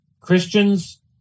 Christians